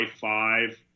five